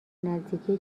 نزدیکی